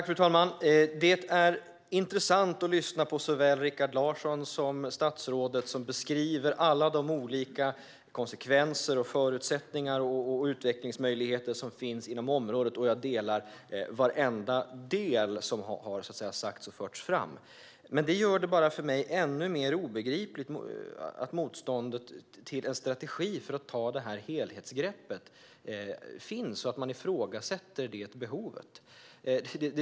Fru talman! Det är intressant att lyssna på såväl Rikard Larsson som statsrådet, som beskriver alla olika konsekvenser, förutsättningar och utvecklingsmöjligheter som finns på området. Jag håller med om varje del som har förts fram. Men det gör det ännu mer obegripligt för mig att det finns ett motstånd mot en strategi för att ta ett helhetsgrepp och att man ifrågasätter det behovet.